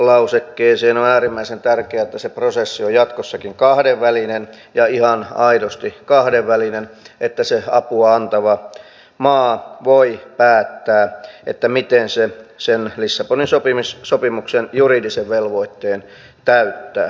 on äärimmäisen tärkeää että se prosessi on jatkossakin kahdenvälinen ja ihan aidosti kahdenvälinen että se apua antava maa voi päättää miten se sen lissabonin sopimuksen juridisen velvoitteen täyttää